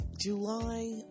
July